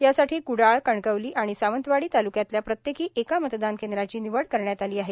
यासाठी कुडाळ कणकवली आणि सावंतवाडी तालुक्यातल्या प्रत्येकी एका मतदान केंद्राची निवड करण्यात आली आहे